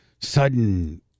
sudden